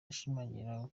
ashimangira